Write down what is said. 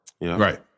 Right